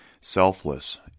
selfless